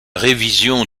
révision